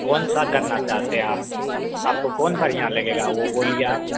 कौन सा करना चाहते हैं आप आपको कौन बढ़िया लगेगा वह बोलिए आप